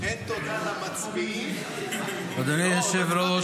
אדוני היושב-ראש,